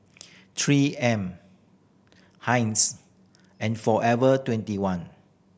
Three M Heinz and Forever Twenty one